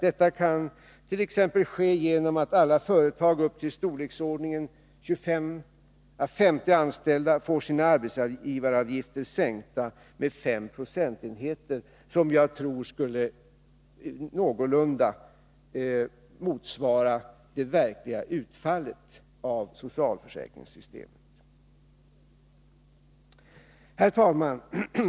Detta kan ske t.ex. genom att alla företag upp till storleksordningen 25 å 50 anställda får sina arbetsgivaravgifter sänkta med 5 procentenheter, vilket jag tror någorlunda skulle motsvara utfallet i socialförsäkringssystemet. Herr talman!